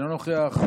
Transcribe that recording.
אינו נוכח,